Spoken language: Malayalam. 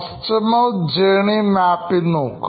കസ്റ്റമർ ജേർണി മാപ്പിംഗ് നോക്കുക